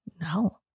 No